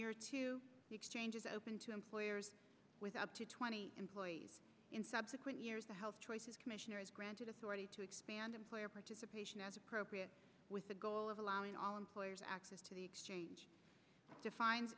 the exchange is open to employers with up to twenty employees in subsequent years the health choices commissioner is granted authority to expand employer participation as appropriate with the goal of allowing all employers access to the exchange